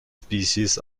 species